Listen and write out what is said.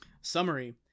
Summary